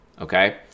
okay